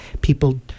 people